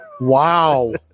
Wow